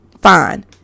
Fine